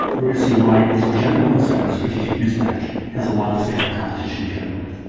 we're gonna see why it's generally. insight about strategic mismatch has a lot to say about competition generally,